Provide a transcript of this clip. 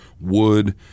wood